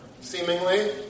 seemingly